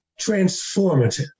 transformative